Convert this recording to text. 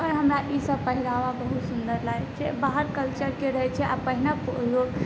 आओर हमरा ई सभ पहिरावा बहुत सुन्दर लागै छै बाहर कल्चरके रहै छै पहीनब तऽ ओहो